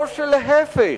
או להיפך,